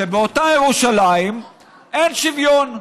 שבאותה ירושלים אין שוויון.